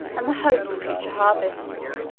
and the hope of future harvests.